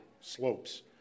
slopes